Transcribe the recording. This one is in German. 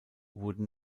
wurden